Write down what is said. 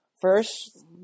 First